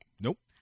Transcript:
Nope